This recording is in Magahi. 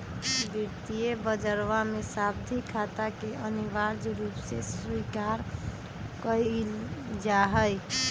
वित्तीय बजरवा में सावधि खाता के अनिवार्य रूप से स्वीकार कइल जाहई